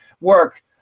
work